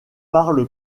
parle